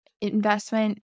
Investment